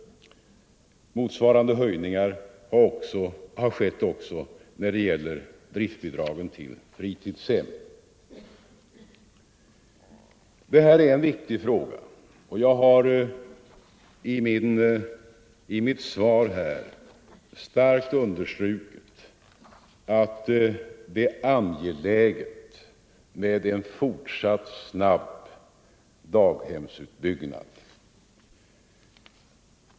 Motsvarande höjningar har skett också när det gäller driftbidragen till fritidshem. Det här är en viktig fråga, och jag har i mitt svar understrukit att det är angeläget med en fortsatt snabb daghemsutbyggnad.